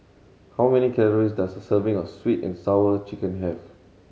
how many calories does a serving of Sweet And Sour Chicken have